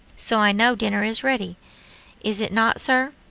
so i know dinner is ready is it not, sir?